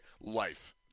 life